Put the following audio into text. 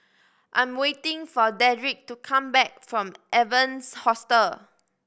I'm waiting for Dedrick to come back from Evans Hostel